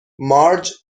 مارج